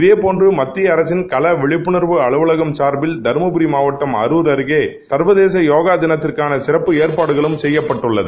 இதபோன்று மத்திய அரசின் கள விழிப்புணர்வு அலுவலகம் சார்பில் தருமபுரி மாவட்டம் அருர் அருகே சர்வகேத யோகா தினத்திற்கான சிறப்பு ஏற்பாடுகளும் செய்யப்பட்டுள்ளன